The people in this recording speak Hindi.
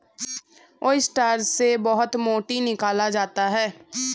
ओयस्टर से बहुत मोती निकाला जाता है